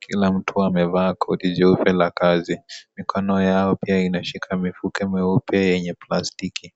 Kila mtu amevaa koti jeupe la kazi. Mikono yao pia inashika mifuke meupe yenye plastiki.